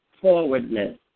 forwardness